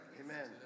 Amen